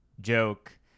joke